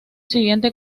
siguiente